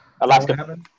Alaska